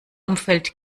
umfeld